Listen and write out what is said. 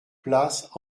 place